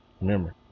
Remember